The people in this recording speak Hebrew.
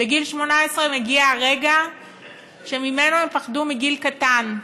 בגיל 18 מגיע הרגע שממנו הם פחדו מגיל קטן.